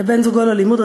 לבן-זוגו ללימוד,